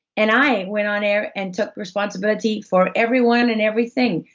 and i went on-air and took responsibility for everyone and everything.